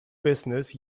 business